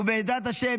ובעזרת השם,